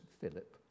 Philip